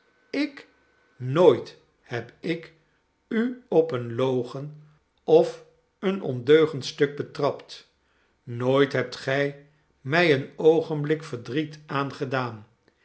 ik nooit heb ik u op een logen of een ondeugend stuk betrapt nooit hebt gij mij een oogenblik verdriet aangedaan